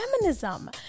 feminism